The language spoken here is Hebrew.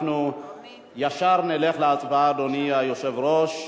אדוני היושב-ראש,